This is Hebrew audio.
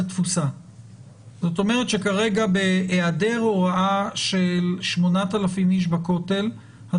זאת אומרת שכרגע בהיעדר הוראה של 8,000 איש בכותל את